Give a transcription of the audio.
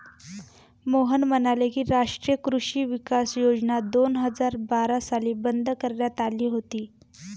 मोहन म्हणाले की, राष्ट्रीय कृषी विकास योजना दोन हजार बारा साली बंद करण्यात आली होती